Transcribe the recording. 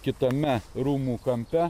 kitame rūmų kampe